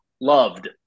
Loved